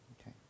Okay